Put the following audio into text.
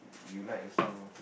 you like also